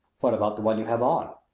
what about the one you have on?